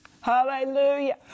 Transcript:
Hallelujah